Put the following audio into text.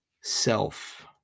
self